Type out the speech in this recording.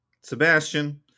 Sebastian